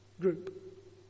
group